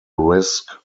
risk